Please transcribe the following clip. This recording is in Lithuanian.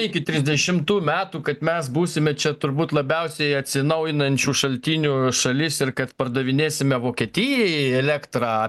iki trisdešimtų metų kad mes būsime čia turbūt labiausiai atsinaujinančių šaltinių šalis ir kad pardavinėsime vokietijai elektrą